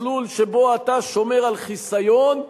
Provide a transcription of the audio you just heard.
מסלול שבו אתה שומר על חיסיון,